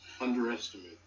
Underestimate